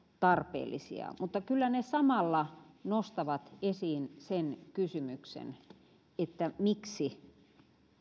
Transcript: tarpeellisia mutta kyllä ne samalla nostavat esiin sen kysymyksen miksi